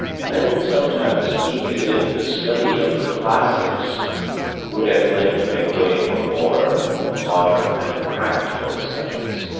men sometimes speak as if the study of the classics would at length make way for more modern and practical studies